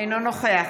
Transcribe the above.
אינו נוכח